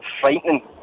frightening